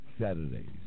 Saturdays